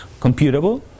computable